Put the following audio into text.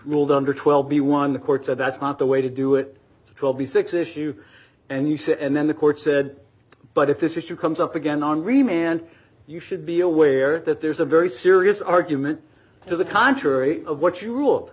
ruled under twelve b one the court said that's not the way to do it it will be six issue and you said and then the court said but if this issue comes up again on remain and you should be aware that there's a very serious argument to the contrary of what you ruled